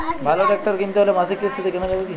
ভালো ট্রাক্টর কিনতে হলে মাসিক কিস্তিতে কেনা যাবে কি?